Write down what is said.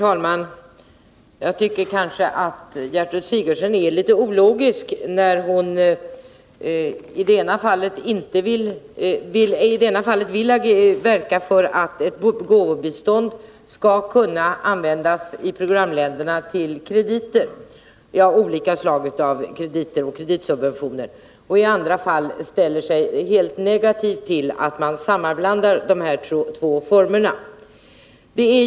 Herr talman! Jag tycker att Gertrud Sigurdsen är litet ologisk när hon i ena fallet är beredd att verka för att ett gåvobistånd skall kunna användas i programländerna till krediter av olika slag och kreditsubventioner, men i andra fallet ställer sig helt negativ till sammanblandningen av dessa två former.